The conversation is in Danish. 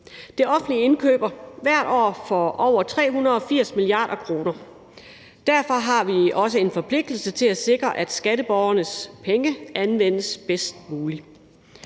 Det offentlige indkøber hvert år for over 380 mia. kr. Derfor har vi også en forpligtelse til at sikre, at skatteborgernes penge anvendes bedst muligt.